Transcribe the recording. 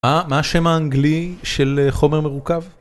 מה השם האנגלי של חומר מרוכב?